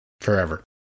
forever